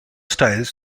styles